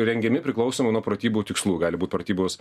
rengiami priklausomai nuo pratybų tikslų gali būt pratybos